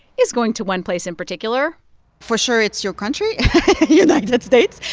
is going to one place in particular for sure, it's your country united states.